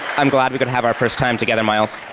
i'm glad we could have our first time together miles.